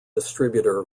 distributor